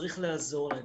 צריך לעזור להם.